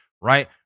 right